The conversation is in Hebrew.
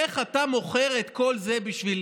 איך אתה מוכר את כל זה בשביל